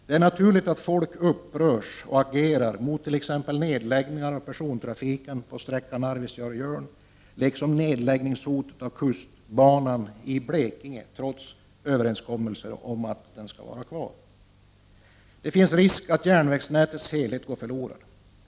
Det är naturligt att folk upprörs över och agerar emot t.ex. nedläggningar av persontrafiken på sträckan Arvidsjaur-Jörn. Detsamma gäller det nedläggningshot som riktas mot kustbanan i Blekinge, trots överenskommelser om att den skall finnas kvar. Det finns risk att järnvägsnätets helhet går förlorad.